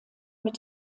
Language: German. mit